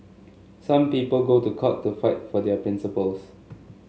some people go to court to fight for their principles